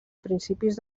principis